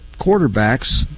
quarterbacks